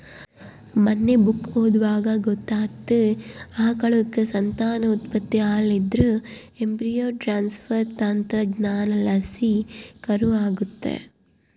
ಮನ್ನೆ ಬುಕ್ಕ ಓದ್ವಾಗ ಗೊತ್ತಾತಿ, ಆಕಳುಕ್ಕ ಸಂತಾನೋತ್ಪತ್ತಿ ಆಲಿಲ್ಲುದ್ರ ಎಂಬ್ರೋ ಟ್ರಾನ್ಸ್ಪರ್ ತಂತ್ರಜ್ಞಾನಲಾಸಿ ಕರು ಆಗತ್ತೆ